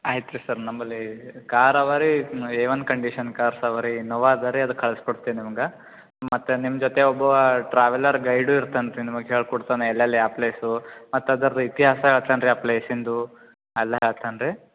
ಆಯ್ತು ರೀ ಸರ್ ನಮ್ಮಲ್ಲಿ ಕಾರ್ ಅವೆ ರೀ ಏ ಒನ್ ಕಂಡೀಶನ್ ಕಾರ್ಸ್ ಅವೆ ರೀ ಇನೋವಾ ಅದು ರೀ ಅದು ಕಳ್ಸಿ ಕೊಡ್ತಿನಿ ನಿಮಗೆ ಮತ್ತು ನಿಮ್ಮ ಜೊತೆ ಒಬ್ಬ ಟ್ರಾವೆಲರ್ ಗೈಡು ಇರ್ತಾನೆ ರೀ ನಿಮಗೆ ಹೇಳಿಕೊಡ್ತಾನೆ ರೀ ಎಲ್ಲೆಲ್ಲಿ ಯಾವ ಪ್ಲೇಸು ಮತ್ತು ಅದ್ರದ್ದು ಇತಿಹಾಸ ಹೇಳ್ತಾನೆ ರೀ ಆ ಪ್ಲೇಸಿಂದು ಎಲ್ಲ ಹೇಳ್ತಾನೆ ರೀ